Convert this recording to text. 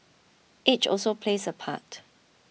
age also plays a part